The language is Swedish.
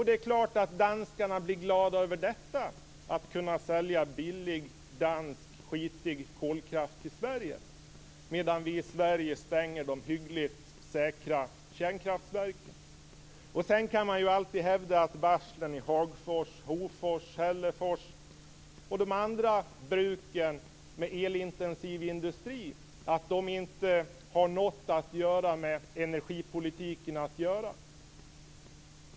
Det är klart att danskarna blir glada över att kunna sälja dansk, billig och skitig kolkraft till Sverige, medan vi i Sverige stänger de hyggligt säkra kärnkraftverken. Sedan kan man alltid hävda att varslen i Hagfors, Hofors, Hällefors och i de andra bruksorterna som har elintensiv industri inte har något med energipolitiken att göra.